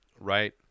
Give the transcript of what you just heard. right